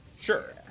Sure